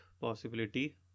possibility